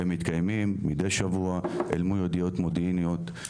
הם מתקיימים מידי שבוע אל מול ידיעות מודיעיניות.